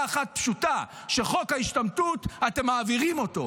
אחת פשוטה: שאתם מעבירים את חוק ההשתמטות.